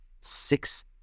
six